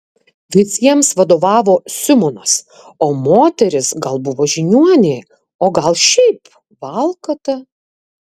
visiems vadovavo simonas o moteris gal buvo žiniuonė o gal šiaip valkata